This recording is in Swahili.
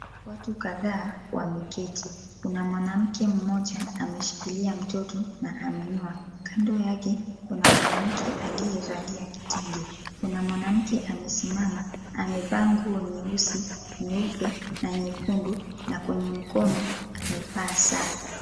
Watu kadhaa wameketi. Kuna mwanamke mmoja ameshikilia mtoto na amenyoa. Kando yake kuna mwanamke aliyevalia kitenge. Kuna mwanamke amesimama. Amevaa nguo nyeusi, nyeupe na nyekundu na kwenye mkono amevaa saa.